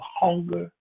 hunger